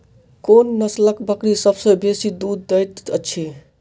कोन नसलक बकरी सबसँ बेसी दूध देइत अछि?